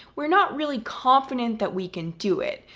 we're not really confident that we can do it.